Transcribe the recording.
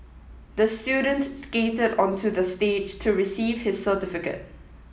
the student skated onto the stage to receive his certificate